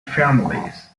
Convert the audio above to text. families